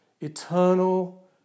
eternal